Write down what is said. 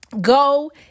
go